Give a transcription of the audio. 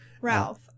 Ralph